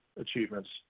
achievements